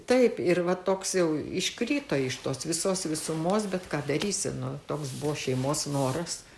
taip ir va toks jau iškrito iš tos visos visumos bet ką darysi nu toks buvo šeimos noras